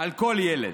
על כל ילד.